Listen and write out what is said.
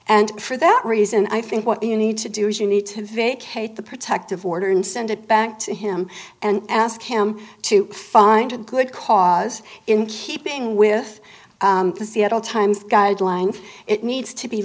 and for that reason i think what you need to do is you need to vacate the protective order and send it back to him and ask him to find a good cause in keeping with the seattle times guidelines it needs to be